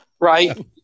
right